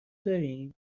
داریم